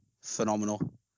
phenomenal